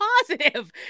positive